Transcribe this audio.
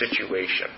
situation